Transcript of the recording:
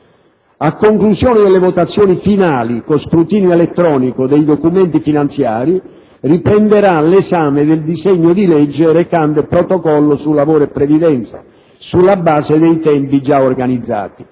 A conclusione delle votazioni finali con scrutinio elettronico dei documenti finanziari, riprenderà l'esame del disegno di legge recante il Protocollo su lavoro e previdenza, sulla base dei tempi già organizzati.